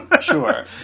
Sure